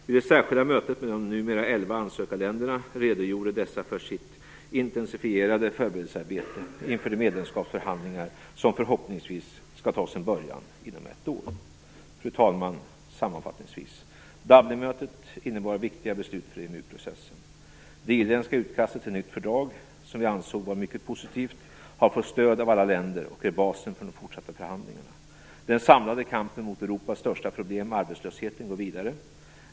Vid det särskilda mötet med de numera elva ansökarländerna redogjorde dessa för sitt intensifierade förberedelsearbete inför de medlemskapsförhandlingar som förhoppningsvis skall ta sin början inom ett år. Fru talman! Sammanfattningsvis: Dublinmötet innebar viktiga beslut för EMU-processen. Det irländska utkastet till nytt fördrag - som vi ansåg vara mycket positivt - har fått stöd av alla länder och är basen för de fortsatta förhandlingarna. Den samlade kampen mot Europas största problem, arbetslösheten, går vidare.